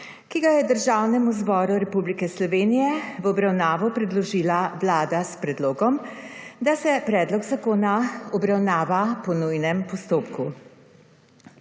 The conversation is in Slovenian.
ki ga je Državnemu zboru Republike Slovenije v obravnavo predložila vlada s predlogom, da se predlog zakona obravnava po nujnem postopku.